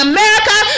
America